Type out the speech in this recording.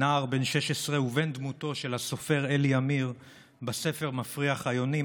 נער בן 16 ובן דמותו של הסופר אלי עמיר בספר "מפריח היונים",